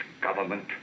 government